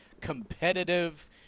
competitive